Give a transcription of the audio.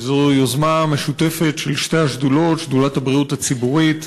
זו יוזמה משותפת של שתי השדולות: שדולת הבריאות הציבורית